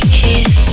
kiss